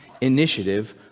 initiative